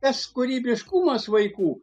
tas kūrybiškumas vaikų